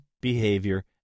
behavior